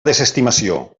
desestimació